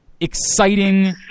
exciting